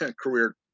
career